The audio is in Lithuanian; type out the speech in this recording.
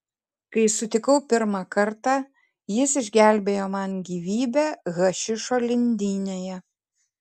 kai sutikau pirmą kartą jis išgelbėjo man gyvybę hašišo lindynėje